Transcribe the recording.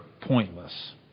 pointless